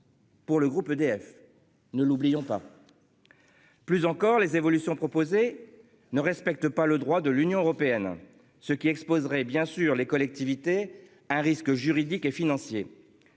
Pour le groupe EDF ne l'oublions pas. Plus encore les évolutions proposées ne respecte pas le droit de l'Union européenne ce qui exposerait bien sûr les collectivités un risque juridique et financier.